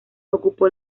ocupó